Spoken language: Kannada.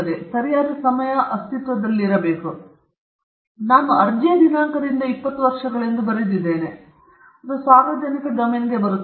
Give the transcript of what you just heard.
ಮತ್ತು ಸರಿಯಾದ ಸಮಯವು ಅಸ್ತಿತ್ವದಲ್ಲಿದೆ ಏಕೆಂದರೆ ನಾನು ಅರ್ಜಿಯ ದಿನಾಂಕದಿಂದ 20 ವರ್ಷಗಳು ಬಂದಿದ್ದೇನೆ ನಂತರ ಅದು ಸಾರ್ವಜನಿಕ ಡೊಮೇನ್ಗೆ ಬರುತ್ತದೆ